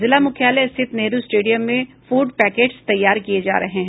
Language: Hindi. जिला मुख्यालय स्थित नेहरू स्टेडियम मेँ फूड पैकेट्स तैयार किये जा रहे हैं